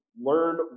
learn